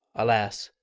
alas,